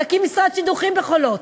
נקים משרד שידוכים ב"חולות".